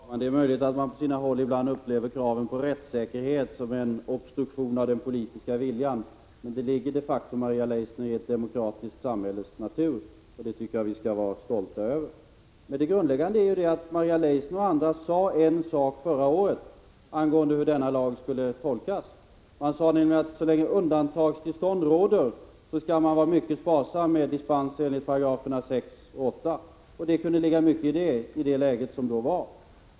Fru talman! Det är möjligt att man på sina håll ibland upplever kraven på rättssäkerhet som en obstruktion av den politiska viljan. Men det ligger de facto, Maria Leissner, i ett demokratiskt samhälles natur. Det tycker jag vi skall vara stolta över. Det grundläggande är att Maria Leissner och andra förra året sade, att vi så länge undantagstillstånd råder skall vara mycket sparsamma med att ge dispenser enligt 6 och 8 §§ i lagen. Det kunde ligga mycket i det, i det läge som då rådde.